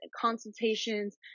consultations